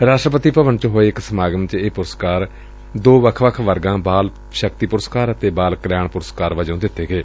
ਰਾਸ਼ਟਰਪਤੀ ਭਵਨ ਚ ਹੋਏ ਇਕ ਸਮਾਗਮ ਵਿਚ ਇਹ ਪੁਰਸਕਾਰ ਦੋ ਵੱਖ ਵੱਖ ਵਰਗਾਂ ਬਾਲ ਸ਼ਕਤੀ ਪੁਰਸਕਾਰ ਅਤੇ ਬਾਲ ਕਲਿਆਣ ਪੁਰਸਕਾਰ ਵਜੋਂ ਦਿੱਤੇ ਗਏ